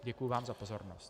Děkuji vám za pozornost.